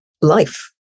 life